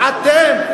אתם,